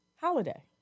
Holiday